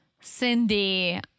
Cindy